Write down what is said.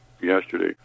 yesterday